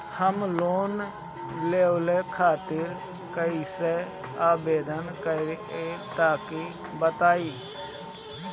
हम लोन लेवे खातिर कइसे आवेदन करी तनि बताईं?